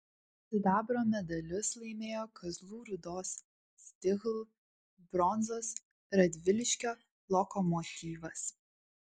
sidabro medalius laimėjo kazlų rūdos stihl bronzos radviliškio lokomotyvas